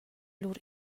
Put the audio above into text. lur